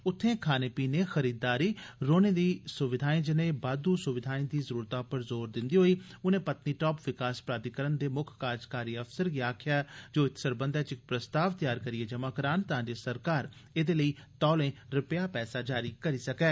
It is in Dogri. उत्थे खाने पीने खरीददारी रौहने दी सुविधा जनेइयें बाद्द् सुविधाएं गी जरुरतै पर जोर दिन्दे होई उन्नें पत्नीटॉप विकास प्राधिकरण दे मुक्ख कार्जकारी अफसर गी आक्खेया जे ओ इत सरबंधी च इक प्रस्ताव त्यार करियै जमा करान तांजे सरकार एदे लेई तौले रपेया पैसा जारी करी सकै